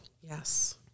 yes